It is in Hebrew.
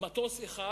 מטוס אחד,